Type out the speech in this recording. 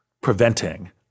preventing